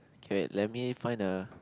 okay wait let me find a